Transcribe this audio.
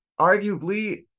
arguably